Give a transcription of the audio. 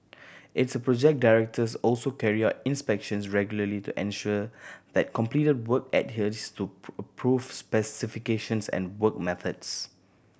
its project directors also carry out inspections regularly to ensure that completed work adheres to approved specifications and work methods